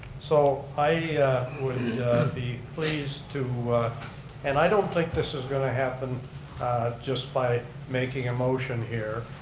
so, i would be pleased to, and i don't think this is going to happen just by making a motion here.